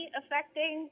affecting